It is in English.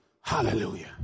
hallelujah